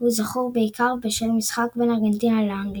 והוא זכור בעיקר בשל המשחק בין ארגנטינה לאנגליה.